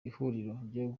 ihuriro